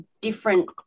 different